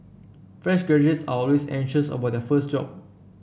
fresh graduates are always anxious about their first job